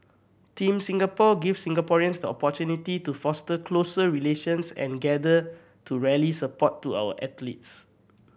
Team Singapore gives Singaporeans the opportunity to foster closer relations and gather to rally support to our athletes